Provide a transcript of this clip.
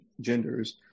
genders